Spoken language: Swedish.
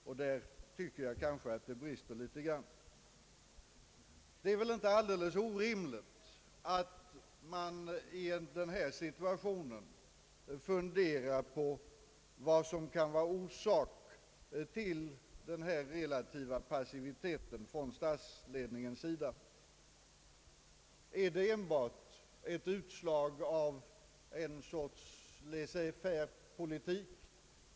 På det området brister det enligt min mening. Det är väl inte orimligt att i den här situationen fundera något över vad som kan vara orsaken till den relativa passiviteten från statsmakternas sida. Är det bara ett utslag av någon form av laissez-faire-politik?